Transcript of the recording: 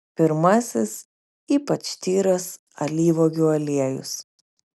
pirmasis ypač tyras alyvuogių aliejus